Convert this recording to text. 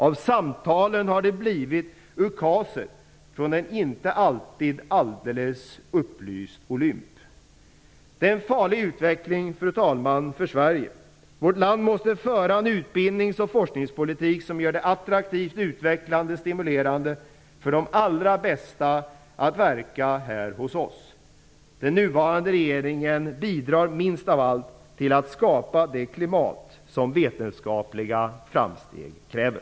Av samtalen har det blivit ukaser från en inte alltid alldeles upplyst olymp. Den är en farlig utveckling, fru talman, för Sverige. Vårt land måste föra en utbildnings och forskningspolitik som gör det attraktivt, utvecklande och stimulerande för de allra bästa att verka här hos oss. Den nuvarande regeringen bidrar minst av allt till att skapa det klimat som vetenskapliga framsteg kräver.